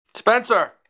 Spencer